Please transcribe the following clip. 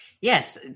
Yes